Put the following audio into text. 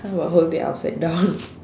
how about hold it upside down